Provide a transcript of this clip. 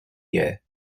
year